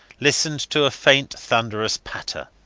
listened to a faint thunderous patter.